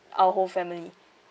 our whole family